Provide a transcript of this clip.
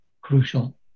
crucial